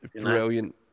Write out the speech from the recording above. brilliant